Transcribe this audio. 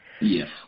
Yes